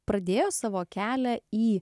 pradėjo savo kelią į